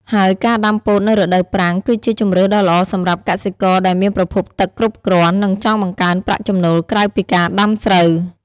ហើយការដាំពោតនៅរដូវប្រាំងគឺជាជម្រើសដ៏ល្អសម្រាប់កសិករដែលមានប្រភពទឹកគ្រប់គ្រាន់ និងចង់បង្កើនប្រាក់ចំណូលក្រៅពីការដាំស្រូវ។